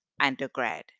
undergrad